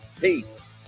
Peace